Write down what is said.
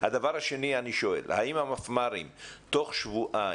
האם המפמ"רים תוך שבועיים,